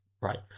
Right